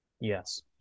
Yes